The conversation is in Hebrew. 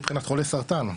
מבחינת חולי סרטן,